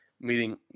meeting